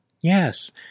yes